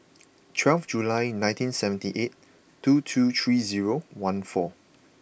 twelve July nineteen seventy eight two two three zero one four